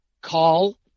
call